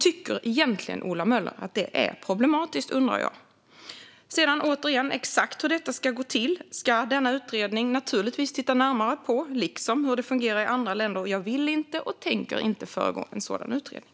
Tycker egentligen Ola Möller att det är problematiskt? Exakt hur detta ska gå till, återigen, ska denna utredning naturligtvis titta närmare på, liksom hur det fungerar i andra länder. Jag vill inte och tänker inte föregripa en sådan utredning.